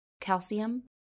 calcium